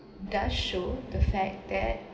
does show the fact that